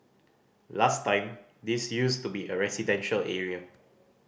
last time this used to be a residential area